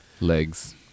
legs